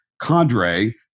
cadre